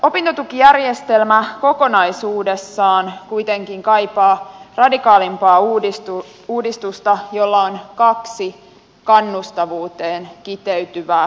opintotukijärjestelmä kokonaisuudessaan kuitenkin kaipaa radikaalimpaa uudistusta jolla on kaksi kannustavuuteen kiteytyvää tavoitetta